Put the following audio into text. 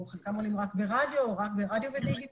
או חלקם עולים רק ברדיו או רק ברדיו ודיגיטל.